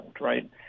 Right